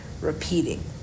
repeating